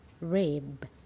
rib